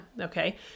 Okay